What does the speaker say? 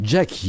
Jack